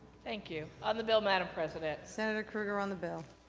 thank you. on the bill, madam president. senator krueger on the bill.